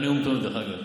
היה לך נאום טוב, דרך אגב.